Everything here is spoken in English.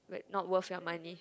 but not worth your money